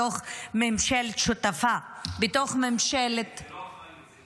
שותפה בתוך ממשלת --- זאת לא אחריות,